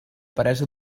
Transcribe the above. peresa